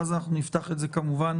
ואז נפתח את זה כמובן לדיון.